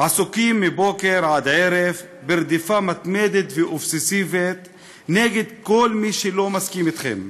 עסוקים מבוקר עד ערב ברדיפה מתמדת ואובססיבית של כל מי שלא מסכים אתכם,